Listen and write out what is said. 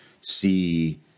see